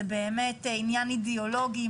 זה באמת עניין אידיאולוגי,